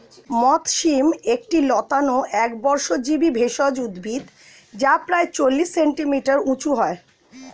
মথ শিম একটি লতানো একবর্ষজীবি ভেষজ উদ্ভিদ যা প্রায় চল্লিশ সেন্টিমিটার উঁচু হয়